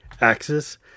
axis